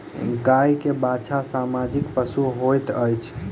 गाय के बाछा सामाजिक पशु होइत अछि